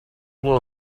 below